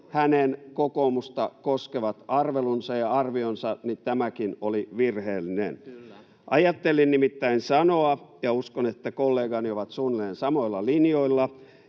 hänen kokoomusta koskevat arvelunsa ja arvionsa, tämäkin oli virheellinen. Ajattelin nimittäin sanoa — ja uskon, että kollegani ovat suunnilleen samoilla linjoilla